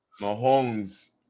Mahomes